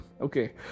Okay